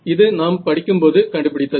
இது நாம் படிக்கும்போது கண்டுபிடித்தது